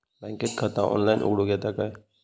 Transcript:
बँकेत खाता ऑनलाइन उघडूक येता काय?